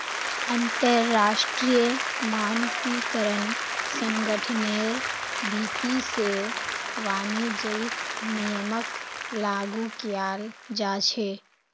अंतरराष्ट्रीय मानकीकरण संगठनेर भीति से वाणिज्यिक नियमक लागू कियाल जा छे